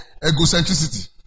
egocentricity